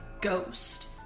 ghost